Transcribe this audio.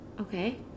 Okay